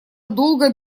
долго